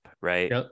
right